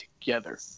together